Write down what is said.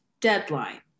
deadline